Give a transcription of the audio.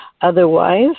Otherwise